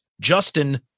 Justin